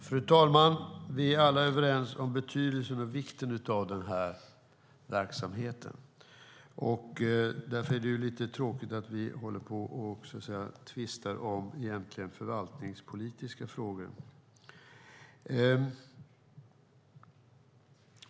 Fru talman! Vi är alla överens om betydelsen och vikten av den här verksamheten. Därför är det lite tråkigt att vi håller på att tvista om vad som egentligen är förvaltningspolitiska frågor.